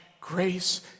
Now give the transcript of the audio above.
grace